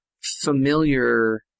familiar